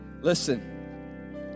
Listen